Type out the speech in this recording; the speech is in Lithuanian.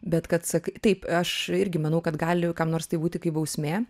bet kad sak taip aš irgi manau kad gali kam nors taip būti kaip bausmė